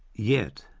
yet,